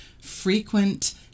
frequent